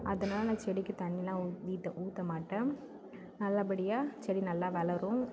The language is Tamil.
அதனால் நான் செடிக்கு தண்ணியெலாம் ஊற்ற நீத்த ஊற்ற மாட்டேன் நல்லபடியாக செடி நல்லா வளரும்